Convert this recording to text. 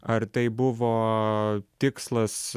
ar tai buvo tikslas